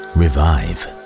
revive